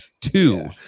two